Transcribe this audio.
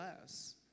less